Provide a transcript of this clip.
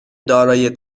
دارای